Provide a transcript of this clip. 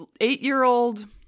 eight-year-old